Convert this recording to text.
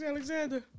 Alexander